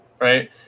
Right